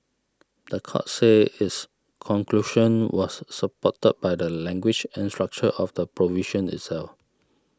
the court said its conclusion was supported by the language and structure of the provision itself